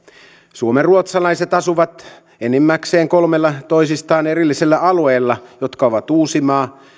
suomenruotsalaiset asuvat enimmäkseen kolmella toisistaan erillisellä alueella jotka ovat uusimaa